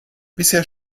bisher